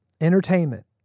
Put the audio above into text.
entertainment